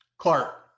Clark